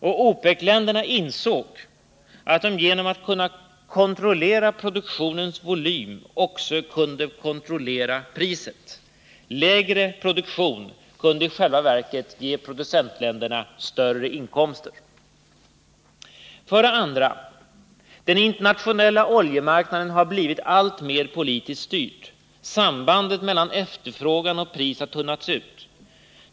OPEC-länderna insåg att de genom att kunna kontrollera produktionens volym också kunde kontrollera priset; lägre produktion kunde i själva verket ge producentländerna större inkomster. 2. Den internationella oljemarknaden har blivit alltmer politiskt styrd. Sambandet mellan efterfrågan och pris har tunnats ut.